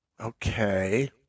Okay